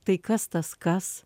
tai kas tas kas